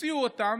הוציאו אותם,